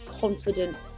confident